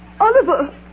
Oliver